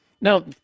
Now